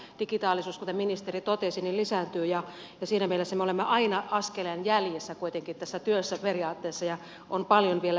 digitaalisuus lisääntyy kuten ministeri totesi ja siinä mielessä me olemme kuitenkin periaatteessa aina askeleen jäljessä tässä työssä ja on paljon vielä tehtävää